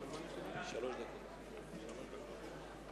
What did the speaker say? בבקשה, חבר הכנסת כרמל שאמה.